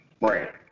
Right